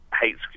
hates